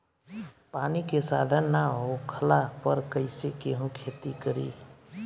पानी के साधन ना होखला पर कईसे केहू खेती करी